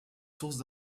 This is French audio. sources